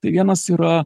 tai vienas yra